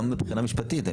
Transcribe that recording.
וגם מבחינה משפטית.